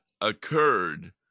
occurred